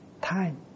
time